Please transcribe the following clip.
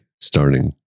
starting